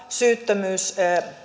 syyttömyys